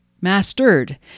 mastered